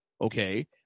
Okay